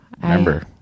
remember